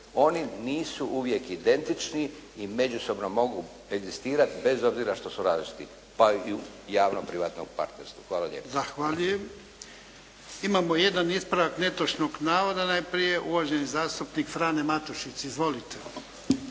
Oni nisu uvijek identični i međusobno mogu egzistirati bez obzira što su različiti pa i u javno-privatnom partnerstvu. Hvala lijepo. **Jarnjak, Ivan (HDZ)** Zahvaljujem. Imamo jedan ispravak netočnog navoda najprije. Uvaženi zastupnik Frano Matušić. Izvolite.